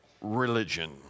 Religion